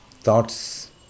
thoughts